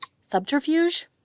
subterfuge